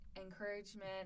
encouragement